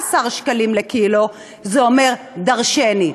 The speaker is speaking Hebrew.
ב-14 שקלים לקילו, זה אומר דורשני.